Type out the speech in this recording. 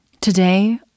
today